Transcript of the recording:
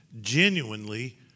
genuinely